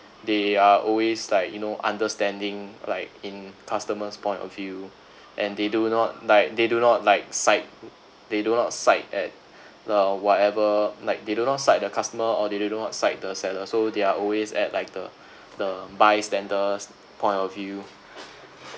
they are always like you know understanding like in customers' point of view and they do not like they do not like side they do not side at uh whatever like they do not side the customer or they do not side the seller so they are always at like the the bystander's point of view